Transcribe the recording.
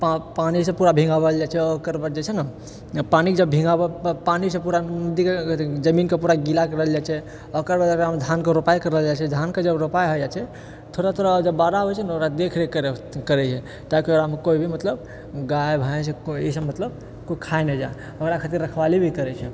पानीसँ पूरा भीगाओल जाइ छै ओकर बाद जे छै ने पानि जब भीगा पानिसँ पूरा अथि करऽ जमीनके गीला करल जाइ छै ओकर बाद धानके ओहिमे रोपाइ करल जाइ छै धानके जब रोपाइ हो जाइ छै थोड़ा थोड़ा जब बड़ा होइ छै ने ओकरा देख रेख करैए ताकि ओकरामे कोइ भी मतलब गाय भैंस ई सभ मतलब कोइ खाइ नइ जाइ ओकरा खातिर रखबाली भी करै छै